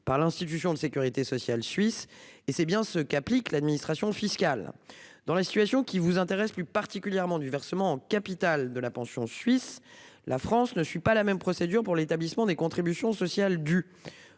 par l'institution de sécurité sociale suisse et c'est bien ce qu'applique l'administration fiscale dans la situation qui vous intéresse plus particulièrement du versement en capital de la pension suisses. La France ne suit pas la même procédure pour l'établissement des contributions sociales du